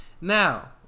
Now